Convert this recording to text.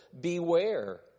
beware